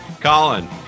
colin